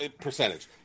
percentage